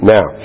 Now